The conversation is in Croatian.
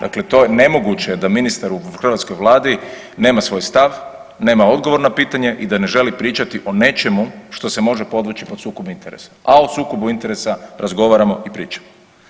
Dakle to je, nemoguće je da ministar u hrvatskoj Vladi nema svoj stav, nema odgovor na pitanje i da ne želi pričati o nečemu što se može podvući pod sukob interesa, a o sukobu interesa razgovaramo i pričamo.